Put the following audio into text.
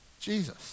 Jesus